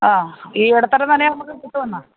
ആ ഈ ഇടത്തരം തന്നെ നമുക്ക് കിട്ടുമോ എന്നാൽ